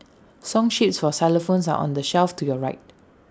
song sheets for xylophones are on the shelf to your right